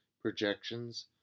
projections